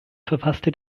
verfasste